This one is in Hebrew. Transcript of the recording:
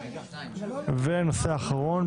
הנושא האחרון,